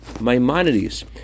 Maimonides